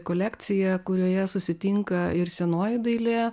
kolekcija kurioje susitinka ir senoji dailė